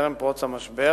טרם פרוץ המשבר.